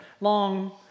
long